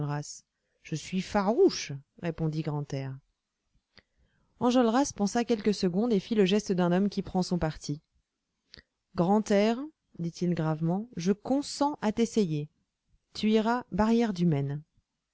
je suis farouche répondit grantaire enjolras pensa quelques secondes et fit le geste d'un homme qui prend son parti grantaire dit-il gravement je consens à t'essayer tu iras barrière